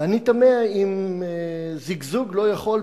ואני תמה אם זיגזוג לא יכול,